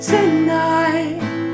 Tonight